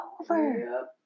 over